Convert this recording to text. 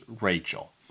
Rachel